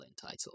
title